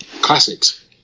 Classics